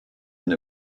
and